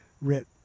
writ